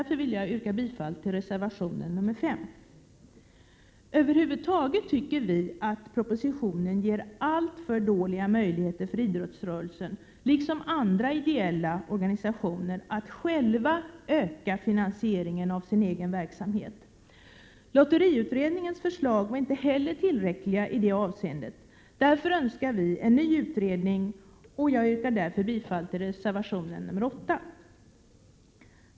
Jag vill därför yrka bifall till reservation 5. Över huvud taget tycker vi att propositionen ger alltför dåliga möjligheter för idrottsrörelsen och andra ideella organisationer att själva öka finansieringen av sin egen verksamhet. Lotteriutredningens förslag var inte heller tillräckliga i det avseendet. Därför önskar vi en ny utredning, och jag yrkar härmed bifall till reservation 8.